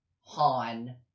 Han